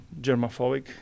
germaphobic